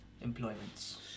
employments